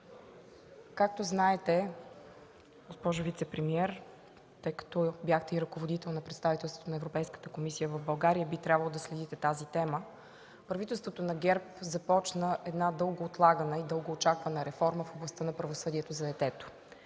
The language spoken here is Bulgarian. както знаете, тъй като бяхте и ръководител на Представителството на Европейската комисия в България и би трябвало да следите тази тема, правителството на ГЕРБ започна една дълго отлагана, дълго очаквана реформа в областта на правосъдието за детето.